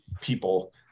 people